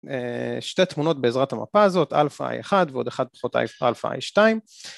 שתי תמונות בעזרת המפה הזאת, Alpha I1 ועוד אחד פחות Alpha I2.